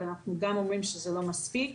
אבל אנחנו גם אומרים שזה לא מספיק.